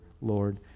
Lord